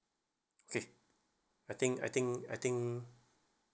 okay I think I think I think